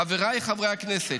חבריי חברי הכנסת,